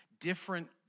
different